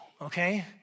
Okay